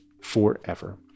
forever